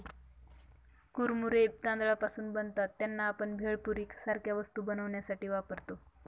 कुरमुरे तांदळापासून बनतात त्यांना, आपण भेळपुरी सारख्या वस्तू बनवण्यासाठी वापरतो